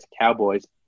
Cowboys